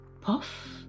puff